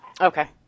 Okay